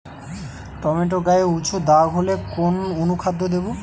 Tomato গায়ে উচু দাগ হলে কোন অনুখাদ্য দেবো?